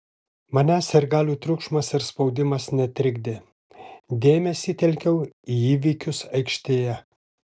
manęs sirgalių triukšmas ir spaudimas netrikdė dėmesį telkiau į įvykius aikštėje